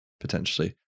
potentially